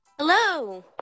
hello